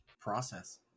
Process